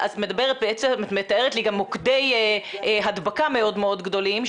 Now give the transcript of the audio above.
את מתארת לי גם מוקדי הדבקה מאוד מאוד גדולים,